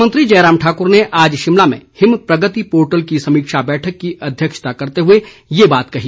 मुख्यमंत्री जयराम ठाकुर ने आज शिमला में हिम प्रगति पोर्टल की समीक्षा बैठक की अध्यक्षता करते हुए यह बात कही